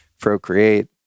procreate